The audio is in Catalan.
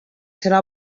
serà